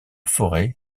forêt